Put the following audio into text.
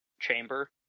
chamber